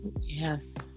Yes